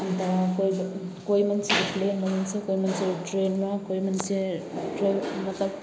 अन्त कोही मतलब कोही मान्छे एक्लै घुम्न जान्छ कोही मान्छे ट्रेनमा कोही मान्छे ट्रेन मतलब